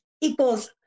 equals